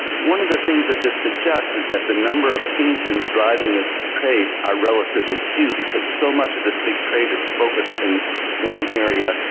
one of the things that this suggests is that the number of kingpins driving this trade are relatively few because so much of this big trade is focused in one area.